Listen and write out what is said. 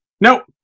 Nope